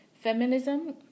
feminism